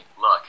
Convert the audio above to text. look